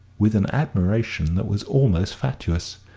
with an admiration that was almost fatuous.